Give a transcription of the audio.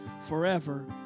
forever